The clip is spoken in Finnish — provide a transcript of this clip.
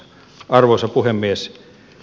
arvoisa puhemies